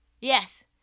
Yes